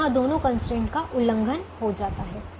अब यहाँ दोनों कंस्ट्रेंट का उल्लंघन हो जाता है